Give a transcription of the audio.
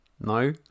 no